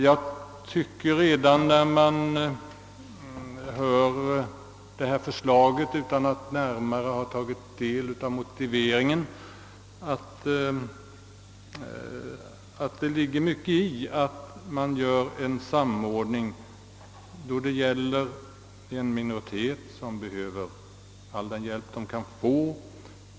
Jag tycker att redan när man studerar detta förslag utan att närmare ha tagit del av motiveringen, så finner man att det ligger mycket i kravet att en samordning skall åstadkommas i fråga om en minoritet som behöver all den hjälp den kan få.